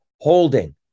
holding